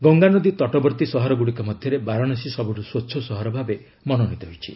ଗଙ୍ଗାନଦୀ ତଟବର୍ତ୍ତୀ ସହରଗୁଡ଼ିକ ମଧ୍ୟରେ ବାରଣାସୀ ସବୁଠୁ ସ୍ୱଚ୍ଛ ସହର ଭାବେ ମନୋନୀତ ହୋଇଛି